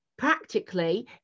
practically